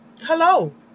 Hello